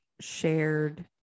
shared